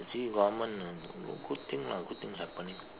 see government good thing lah good thing happening